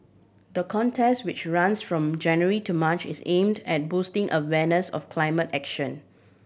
the contest which runs from January to March is aimed at boosting awareness of climate action